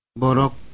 borok